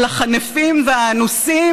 על החנפים והאנוסים,